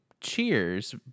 cheers